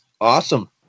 awesome